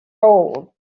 gold